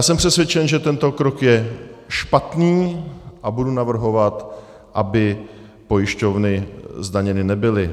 Jsem přesvědčen, že tento krok je špatný, a budu navrhovat, aby pojišťovny zdaněny nebyly.